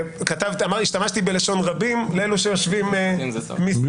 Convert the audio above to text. השתמשתי בלשון רבים לאלו שיושבים משמאלי,